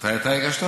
מתי אתה הגשת?